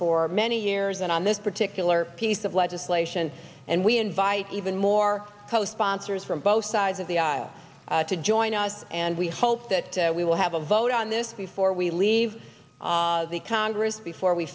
for many years on this particular piece of legislation and we invite even more co sponsors from both sides of the aisle to join us and we hope that we will have a vote on this before we leave the congress before we